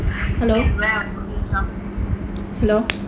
hello hello